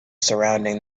surrounding